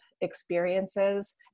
experiences